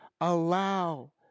allow